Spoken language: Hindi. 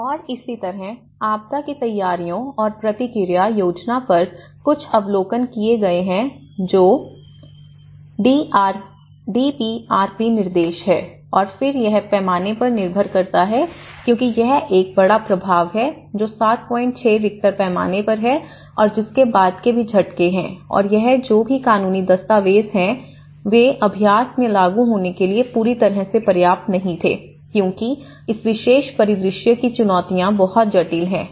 और इसी तरह आपदा की तैयारियों और प्रतिक्रिया योजना पर कुछ अवलोकन किए गए हैं जो एक डी पी आर पी निर्देश है और फिर यह पैमाने पर निर्भर करता है क्योंकि यह एक बड़ा प्रभाव है जो 76 रिक्टर पैमाने पर है और जिसके बाद के भी झटके हैं और यह जो भी कानूनी दस्तावेज हैं वे अभ्यास में लागू होने के लिए पूरी तरह से पर्याप्त नहीं थे क्योंकि इस विशेष परिदृश्य की चुनौतियां बहुत जटिल हैं